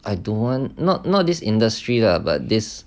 I don't want not not this industry lah but this